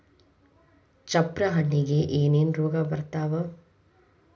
ಚಪ್ರ ಹಣ್ಣಿಗೆ ಏನೇನ್ ರೋಗ ಬರ್ತಾವ?